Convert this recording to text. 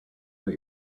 what